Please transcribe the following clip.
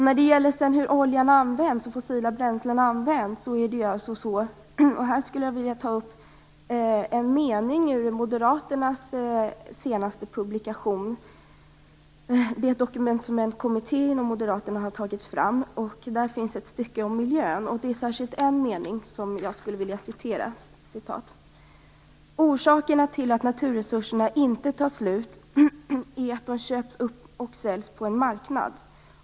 När det gäller användningen av olja och fossila bränslen vill jag återge en mening ur Moderaternas senaste publikation - ett dokument som en kommitté inom Moderaterna har tagit fram. I den finns ett stycke om miljön, där det i en mening står att orsakerna till att naturresurserna inte tar slut är att de köps upp och säljs på en marknad.